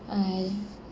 I